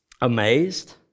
amazed